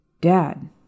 Dad